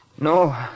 No